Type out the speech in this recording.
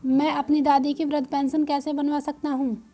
मैं अपनी दादी की वृद्ध पेंशन कैसे बनवा सकता हूँ?